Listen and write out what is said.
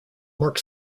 marc